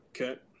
Okay